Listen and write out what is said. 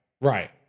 right